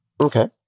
Okay